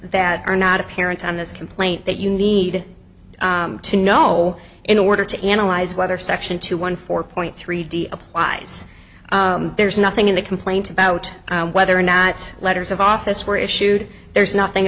that are not apparent on this complaint that you need to know in order to analyze whether section two one four point three applies there's nothing in the complaint about whether or not letters of office were issued there's nothing